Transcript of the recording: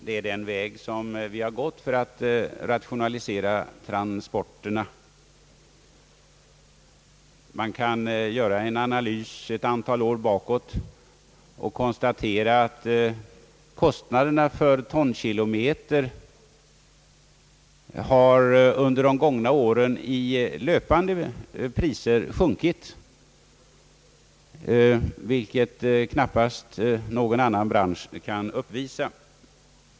Det är den väg som vi har gått för att rationalisera transporterna. Man kan göra en analys ett antal år bakåt i tiden och konstatera att kostnaderna för tonkilometer under de gångna åren i löpande priser har sjunkit, vilket knappast någon annan bransch kan uppvisa.